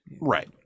right